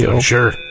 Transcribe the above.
Sure